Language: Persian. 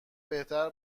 بهتر